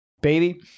Baby